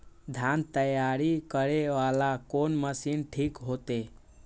धान तैयारी करे वाला कोन मशीन ठीक होते?